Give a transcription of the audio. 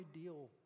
ideal